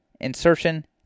insertion